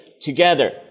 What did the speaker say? together